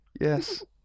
yes